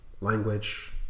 language